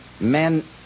Men